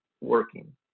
working